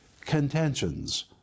contentions